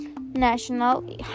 National